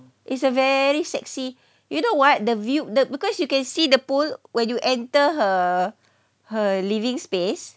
it's a very sexy you know what the view that because you can see the pool when you enter her her living space